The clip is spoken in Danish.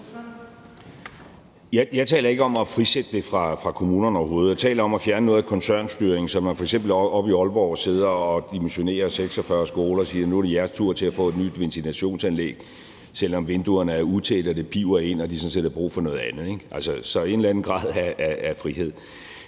overhovedet ikke om at frisætte det fra kommunerne. Jeg taler om at fjerne noget af koncernstyringen, så man f.eks. ikke sidder oppe i Aalborg og dimensionerer 46 skoler og siger, at nu er det jeres tur til at få et nyt ventilationsanlæg, selv om vinduerne er utætte og det piber ind og skolen sådan set har brug for noget andet, ikke? Altså, der skal være